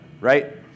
right